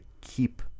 keep